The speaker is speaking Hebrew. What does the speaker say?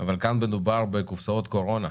אבל כאן מדובר בקופסאות קורונה,